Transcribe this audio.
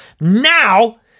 Now